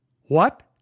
What